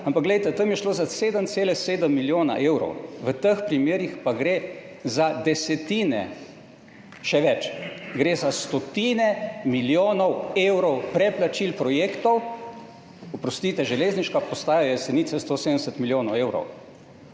Ampak glejte, tam je šlo za 7,7 milijona evrov, v teh primerih pa gre za desetine, še več, gre za stotine milijonov evrov preplačil projektov. Oprostite, železniška postaja Jesenice 170 milijonov evrov